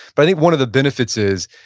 but i think one of the benefits is,